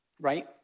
right